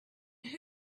who